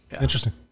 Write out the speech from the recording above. Interesting